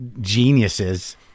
geniuses